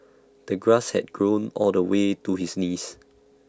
the grass had grown all the way to his knees